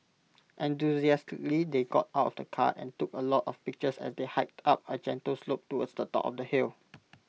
enthusiastically they got out of the car and took A lot of pictures as they hiked up A gentle slope towards the top of the hill